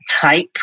type